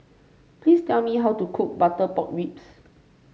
please tell me how to cook Butter Pork Ribs